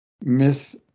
myth